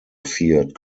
feared